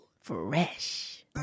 Fresh